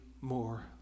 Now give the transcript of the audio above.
more